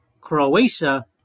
Croatia